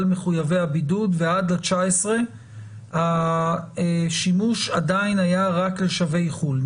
מחויבי הבידוד ועד ה-19 השימוש עדיין היה רק לשבי חו"ל,